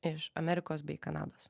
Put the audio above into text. iš amerikos bei kanados